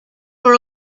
for